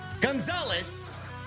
Gonzalez